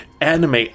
anime